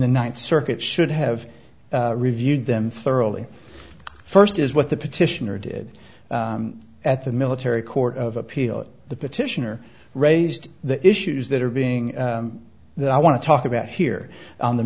the ninth circuit should have reviewed them thoroughly first is what the petitioner did at the military court of appeal the petitioner raised the issues that are being that i want to talk about here on the